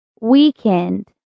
weekend